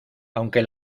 aunque